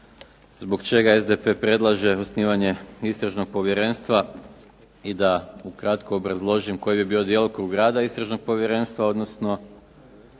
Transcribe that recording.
zbog čega SDP predlaže osnivanje istražnog povjerenstva i da ukratko obrazložim koji bi bio djelokrug rada istražnog povjerenstva, odnosno